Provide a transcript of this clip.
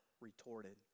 retorted